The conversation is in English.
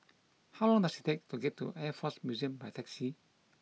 how long does it take to get to Air Force Museum by taxi